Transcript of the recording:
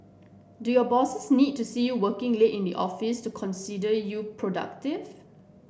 do your bosses need to see you working late in the office to consider you productive